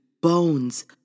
bones